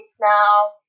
now